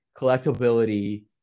collectability